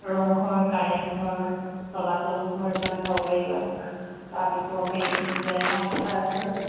ৰংঘৰ কাৰেংঘৰ তলাতলঘৰ এইবিলাক চাব পাৰিবা তাত আকৌ হেৰি জেৰেঙা পথাৰ আছে